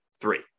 three